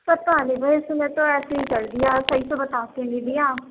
پتہ نہیں بھائی اِس میں تو ایسے ہی کر دیا صحیح سے بتاتے نہیں دیا